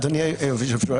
אדוני היושב-ראש,